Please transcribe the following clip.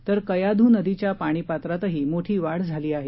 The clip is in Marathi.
तर कयाधू नदीच्या पाणी पात्रातही मोठी वाढ झाली आहे